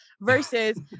versus